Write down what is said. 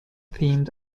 themed